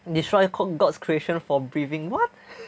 destroy god~ god's creation for breathing what